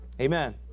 Amen